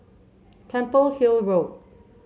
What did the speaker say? Temple Hill Road